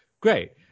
Great